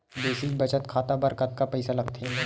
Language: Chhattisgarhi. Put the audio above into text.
बेसिक बचत खाता बर कतका पईसा लगथे?